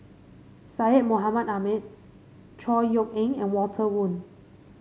Syed Mohamed Ahmed Chor Yeok Eng and Walter Woon